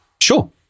sure